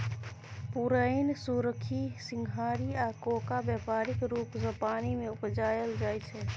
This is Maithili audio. पुरैण, सोरखी, सिंघारि आ कोका बेपारिक रुप सँ पानि मे उपजाएल जाइ छै